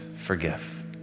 forgive